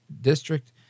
district